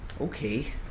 okay